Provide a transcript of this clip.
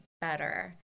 better